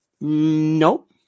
Nope